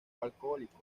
alcohólico